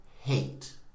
hate